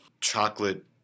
chocolate